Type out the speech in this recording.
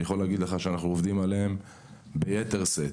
אני יכול להגיד לך שאנחנו עובדים עליהם ביתר שאת.